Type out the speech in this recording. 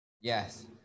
Yes